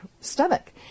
stomach